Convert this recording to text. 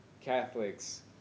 Catholics